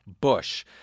Bush